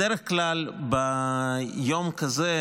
בדרך כלל ביום כזה,